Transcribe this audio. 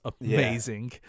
amazing